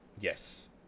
yes